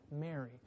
Mary